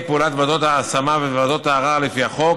בהרכב ובדרכי פעולת ועדות ההשמה וועדות הערר לפי החוק